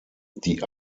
die